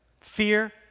Fear